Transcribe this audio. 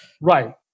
Right